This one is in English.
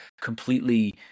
completely